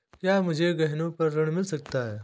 क्या मुझे गहनों पर ऋण मिल सकता है?